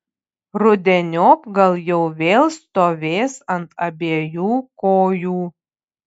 rudeniop gal jau vėl stovės ant abiejų kojų